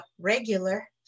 regular